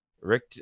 Rick